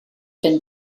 been